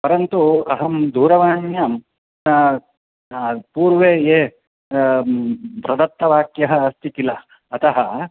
परन्तु अहं दूरवाण्यां पूर्वे ये प्रदत्तः वाक्यः अस्ति किल अतः